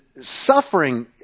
suffering